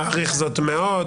אני מעריך זאת מאוד.